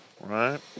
Right